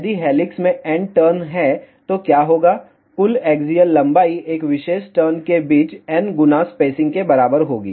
यदि हेलिक्स में n turn हैं तो क्या होगा कुल एक्सियल लंबाई एक विशेष टर्न के बीच n गुना स्पेसिंग के बराबर होगी